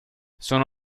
sono